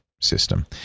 system